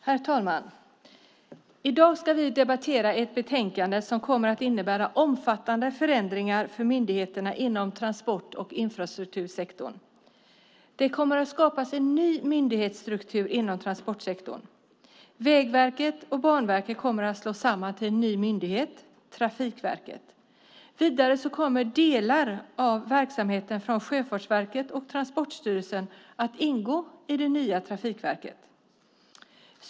Herr talman! I dag ska vi debattera ett förslag som kommer att innebära omfattande förändringar för myndigheterna inom transport och infrastruktursektorn. Det kommer att skapas en ny myndighetsstruktur inom transportsektorn. Vägverket och Banverket kommer att slås samman till en ny myndighet, Trafikverket. Vidare kommer delar av verksamheten från Sjöfartsverket och Transportstyrelsen att ingå i det nya Trafikverket.